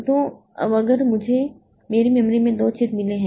तो अब मुझे मेरी स्मृति में दो छेद मिले हैं